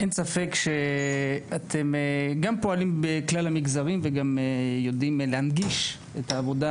אין ספק שאתם פועלים גם בכלל המגזרים וגם יודעים להנגיש את העבודה